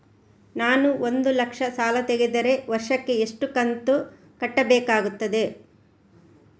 ನಾನು ಒಂದು ಲಕ್ಷ ಸಾಲ ತೆಗೆದರೆ ವರ್ಷಕ್ಕೆ ಎಷ್ಟು ಕಂತು ಕಟ್ಟಬೇಕಾಗುತ್ತದೆ?